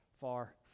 far